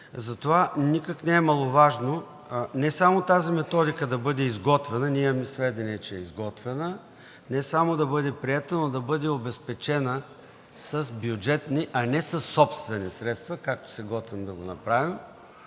Затова никак не е маловажно не само тази методика да бъде изготвена, ние имаме сведение, че е изготвена, не само да бъде приета, но да бъде обезпечена с бюджетни, а не със собствени средства, както се готвим да го направим